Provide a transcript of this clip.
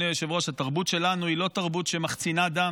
התרבות שלנו היא לא תרבות שמחצינה דם,